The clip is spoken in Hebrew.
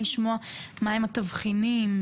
לשמוע מה הם התבחינים,